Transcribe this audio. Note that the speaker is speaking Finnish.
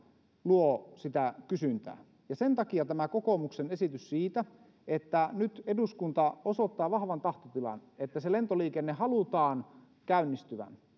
luo sitä kysyntää ja sen takia tämä kokoomuksen esitys siitä että nyt eduskunta osoittaa vahvan tahtotilan että lentoliikenteen halutaan käynnistyvän